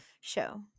show